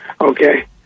Okay